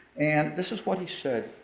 and this is what he said,